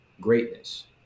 greatness